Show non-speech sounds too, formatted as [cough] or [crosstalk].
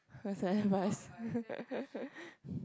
that's my advice [laughs]